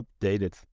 updated